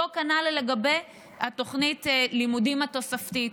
אותו כנ"ל לגבי תוכנית הלימודים התוספתית.